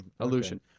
Illusion